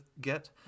get